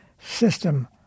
system